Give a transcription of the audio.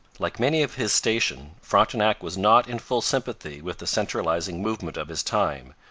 like many of his station, frontenac was not in full sympathy with the centralizing movement of his time,